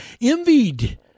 envied